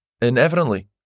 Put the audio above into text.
Inevitably